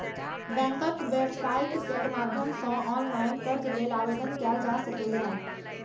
बैंकक वेबसाइट केर माध्यम सं ऑनलाइन कर्ज लेल आवेदन कैल जा सकैए